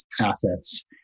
assets